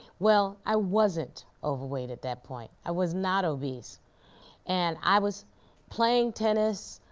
well, i wasn't overweight at that point. i was not obese and i was playing tennis,